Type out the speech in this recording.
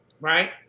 right